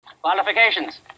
Qualifications